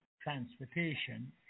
transportation